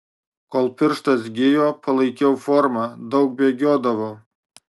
kol pirštas gijo palaikiau formą daug bėgiodavau